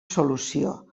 solució